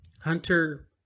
Hunter